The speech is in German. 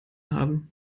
haben